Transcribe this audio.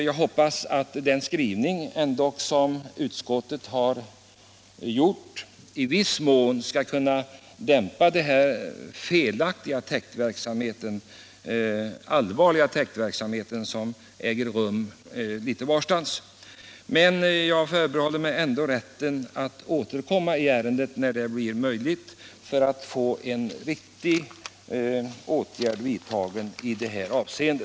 Jag hoppas att utskottets skrivning ändå i viss mån skall kunna dämpa den allvarliga täktverksamhet som förekommer litet varstans. Jag förbehåller mig emellertid rätten att återkomma i ärendet för att få åtgärder vidtagna i detta hänseende.